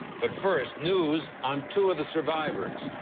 but first, news on two of the survivors.